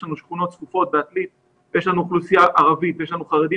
יש לנו שכונות צפופות בעתלית ויש לנו אוכלוסייה ערבית ויש לנו חרדים.